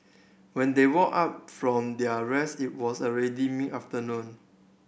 when they woke up from their rest it was already mid afternoon